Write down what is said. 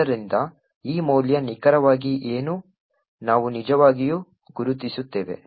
ಆದ್ದರಿಂದ ಈ ಮೌಲ್ಯ ನಿಖರವಾಗಿ ಏನು ನಾವು ನಿಜವಾಗಿಯೂ ಗುರುತಿಸುತ್ತೇವೆ